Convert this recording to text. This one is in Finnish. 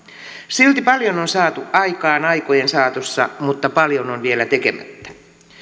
silti paljon on saatu aikaan aikojen saatossa mutta paljon on vielä tekemättä